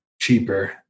cheaper